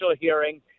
hearing